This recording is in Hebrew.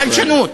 בלשנות.